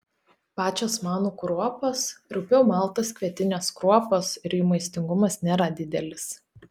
pačios manų kruopos rupiau maltos kvietinės kruopos ir jų maistingumas nėra didelis